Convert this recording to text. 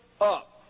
up